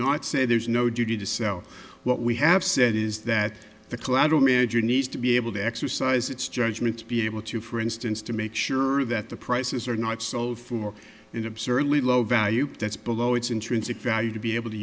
not say there's no duty to sell what we have said is that the collateral manager needs to be able to exercise its judgment to be able to for instance to make sure that the prices are not sold for an absurdly low value that's below its intrinsic value to be able to